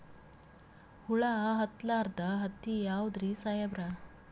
ಹುಳ ಹತ್ತಲಾರ್ದ ಹತ್ತಿ ಯಾವುದ್ರಿ ಸಾಹೇಬರ?